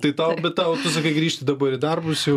tai tau bet tau tu sakai grįžti dabar į darbus jau